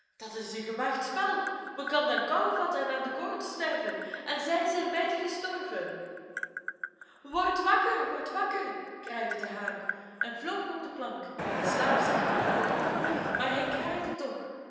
dat is een gewaagd spel men kan dan kou vatten en aan de koorts sterven en zij zijn beiden gestorven wordt wakker wordt wakker kraaide de haan en vloog op de plank de slaap zat hem nog in de oogen maar hij kraaide toch